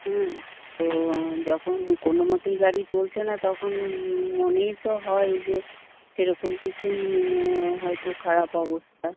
হ্যাঁ তো যখন কোনো মতেই গাড়ি চলছে না তখন মনেই তো হয় যে সেরকম কিছুই হয়তো খারাপ অবস্থা